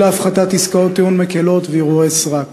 להפחתת עסקאות טיעון מקילות וערעורי סרק.